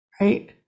right